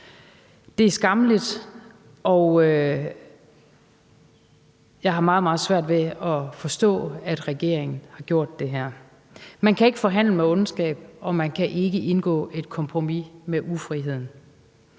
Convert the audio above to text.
Det er skammeligt, og jeg har meget, meget svært ved at forstå, at regeringen har gjort det her. Man kan ikke forhandle med ondskab, og man kan ikke indgå et kompromis med ufriheden.